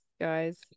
guys